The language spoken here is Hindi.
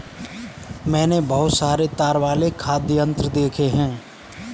मैंने बहुत सारे तार वाले वाद्य यंत्र देखे हैं